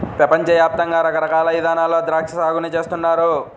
పెపంచ యాప్తంగా రకరకాల ఇదానాల్లో ద్రాక్షా సాగుని చేస్తున్నారు